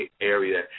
area